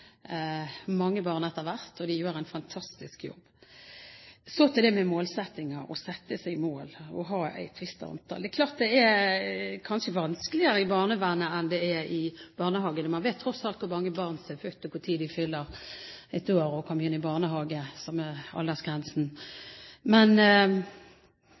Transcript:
mange barn etter hvert – og de gjør en fantastisk jobb. Så til det med målsettingen, å sette seg mål og å ha et visst antall. Det er kanskje vanskeligere i barnevernet enn det er i barnehagene. Man vet tross alt hvor mange barn som er født, og når de fyller ett år, som er aldersgrensen